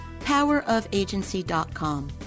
powerofagency.com